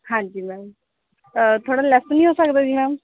ਹਾਂਜੀ ਮੈਮ ਥੋੜ੍ਹਾ ਲੈਸ ਨਹੀਂ ਹੋ ਸਕਦਾ ਜੀ ਮੈਮ